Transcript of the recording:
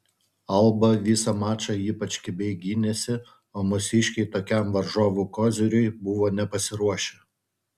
alba visą mačą ypač kibiai gynėsi o mūsiškiai tokiam varžovų koziriui buvo nepasiruošę